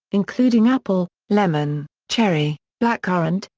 including apple, lemon, cherry, blackcurrant,